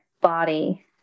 body